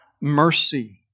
mercy